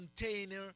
container